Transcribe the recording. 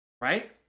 right